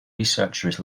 research